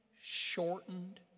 shortened